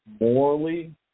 Morally